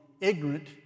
ignorant